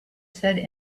said